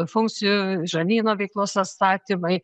funkcijų žarnyno veiklos atstatymai